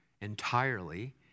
entirely